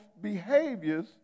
behaviors